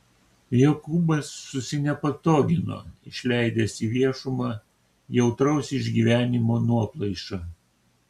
jokūbas susinepatogino išleidęs į viešumą jautraus išgyvenimo nuoplaišą